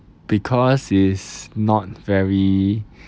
because is not very